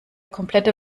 komplette